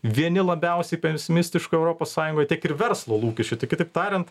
vieni labiausiai pesimistiškų europos sąjungoj tiek ir verslo lūkesčiai tai kitaip tariant